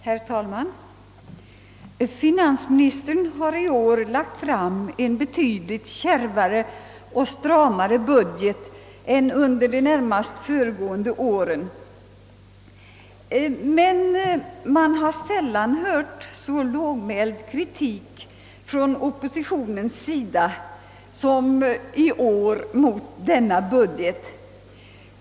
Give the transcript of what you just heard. Herr talman! Finansministern har i år lagt fram en betydligt kärvare och stramare budget än under de närmast föregående åren, men man har sällan hört så lågmäld kritik mot budgeten från oppositionens sida som i år.